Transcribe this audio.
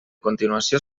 continuació